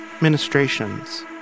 ministrations